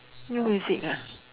no music ah